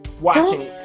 watching